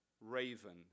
raven